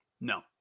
No